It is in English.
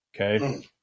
Okay